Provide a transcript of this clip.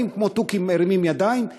באים וכמו תוכי מרימים ידיים,